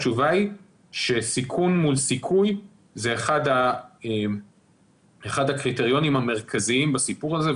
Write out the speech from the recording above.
התשובה היא שסיכון מול סיכוי זה אחד הקריטריונים המרכזיים בסיפור הזה,